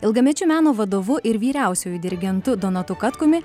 ilgamečiu meno vadovu ir vyriausiuoju dirigentu donatu katkumi